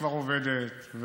שכבר עובדת,